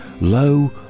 low